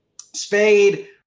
Spade